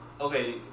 Okay